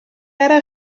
ara